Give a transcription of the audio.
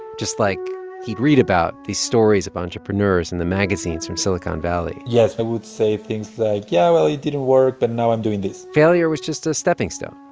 just like he'd read about these stories of entrepreneurs in the magazines from silicon valley yes. i would say things like, yeah, well, it didn't work, but now i'm doing this failure was just a stepping stone.